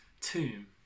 tomb